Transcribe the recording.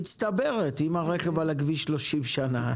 מצטברת, אם הרכב על הכביש 30 שנה,